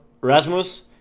Rasmus